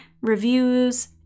reviews